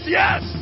yes